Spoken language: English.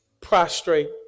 prostrate